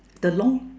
the long